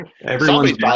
everyone's